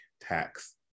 tax